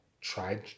try